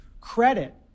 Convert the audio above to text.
credit